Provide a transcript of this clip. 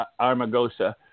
Armagosa